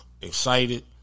excited